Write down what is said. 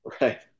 right